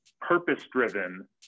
purpose-driven